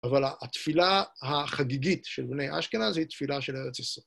אבל התפילה החגיגית של בני אשכנז היא תפילה של ארץ ישראל.